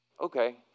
okay